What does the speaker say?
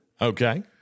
Okay